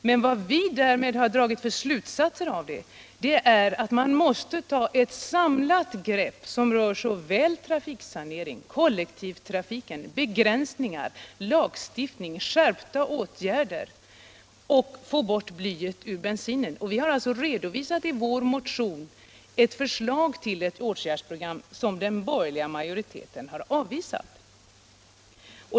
De slutsaiser vi dragit av det är att man måste ta ett samlat grepp om såväl trafiksanering, kollektivtrafik, begränsningar, lagstiftning, skärpning av åtgärderna, såsom ett borttagande av blyet i bensinen. Vi har i vår motion redovisat ett förslag till ett åtgärdsprogram som den borgerliga majoriteten avvisat.